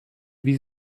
wie